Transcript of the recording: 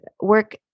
work